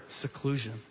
seclusion